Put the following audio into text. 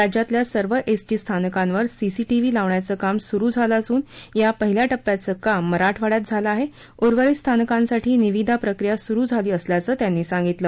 राज्यातल्या सर्व S T स्थानकावर सीसीटीव्ही लावण्याचं काम सुरू झालं असून या पहिल्या टप्प्याचं काम मराठवाङ्यात झालं आहे उर्वरित स्थानकांसाठी निविदा प्रक्रिया सुरू झाली असल्याचं त्यांनी सागितलं